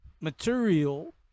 material